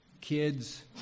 kids